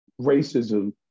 racism